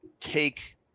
take